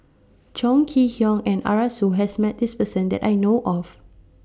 Chong Kee Hiong and Arasu has Met This Person that I know of